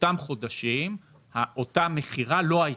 באותם חודשים המכירה לא הייתה.